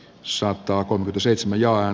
soittaako siis vajaan